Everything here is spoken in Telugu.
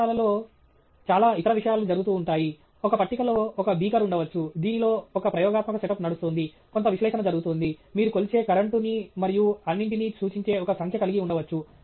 ప్రయోగశాలలో చాలా ఇతర విషయాలు జరుగుతూ ఉంటాయి ఒక పట్టికలో ఒక బీకర్ ఉండవచ్చు దీనిలో ఒక ప్రయోగాత్మక సెటప్ నడుస్తోంది కొంత విశ్లేషణ జరుగుతోంది మీరు కొలిచే కరెంటు ని మరియు అన్నింటినీ సూచించే ఒక సంఖ్య కలిగి ఉండవచ్చు